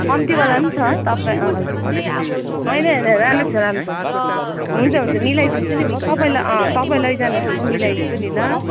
कम्ती वालामा छ तपाईँ हजुर होइन होइन राम्रो छ राम्रो छ हुन्छ हुन्छ मिलाइदिन्छु नि म तपाईँलाई तपाईँ लैजानु होस् म मिलाइदिन्छु नि ल